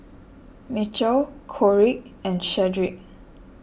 Mitchell Kori and Shedrick